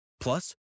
Plus